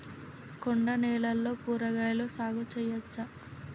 కొండ నేలల్లో కూరగాయల సాగు చేయచ్చా?